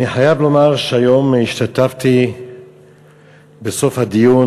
אני חייב לומר שהיום השתתפתי בסוף הדיון